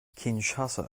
kinshasa